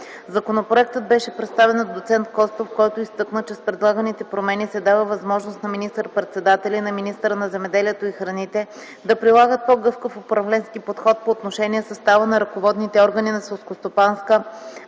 Законопроектът беше представен от доц. Костов, който изтъкна, че с предлаганите промени се дава възможност на министър-председателя и на министъра на земеделието и храните да прилагат по-гъвкав управленски подход по отношение състава на ръководните органи на Селскостопанската